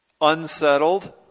unsettled